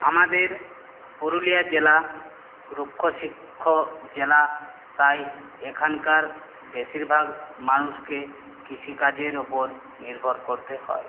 আমাদের পুরুলিয়া জেলা রুক্ষ শুক্ষ জেলা তাই এখানকার বেশিরভাগ মানুষকে কৃষিকাজের উপর নির্ভর করতে হয়